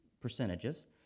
percentages